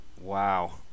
Wow